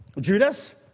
Judas